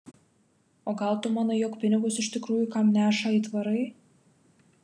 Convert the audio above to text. o gal tu manai jog pinigus iš tikrųjų kam neša aitvarai